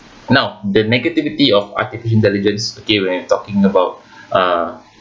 now the negativity of artificial intelligence okay we're talking about uh